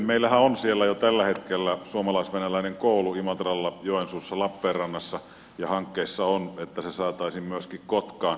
meillähän on siellä jo tällä hetkellä suomalais venäläinen koulu imatralla joensuussa lappeenrannassa ja hankkeessa on että se saataisiin myöskin kotkaan